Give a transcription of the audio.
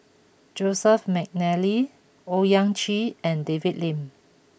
Joseph McNally Owyang Chi and David Lim